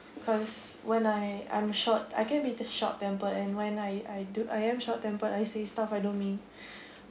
cause when I I'm short I can be te~ short temper and when I I do I am short tempered I say stuff I don't mean